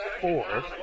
four